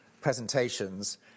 presentations